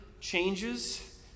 changes